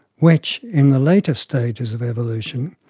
which, in the later stages of evolution,